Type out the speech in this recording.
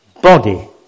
body